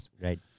Right